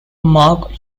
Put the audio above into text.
mark